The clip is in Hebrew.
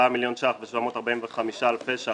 34 מיליון שקלים חדשים ו-745,000 שקלים